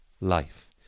life